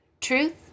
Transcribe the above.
Truth